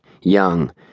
young